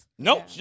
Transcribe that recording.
Nope